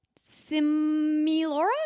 Similora